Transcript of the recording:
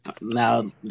Now